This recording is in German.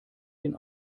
den